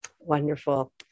Wonderful